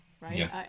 right